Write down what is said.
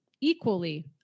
equally